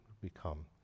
become